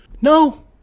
No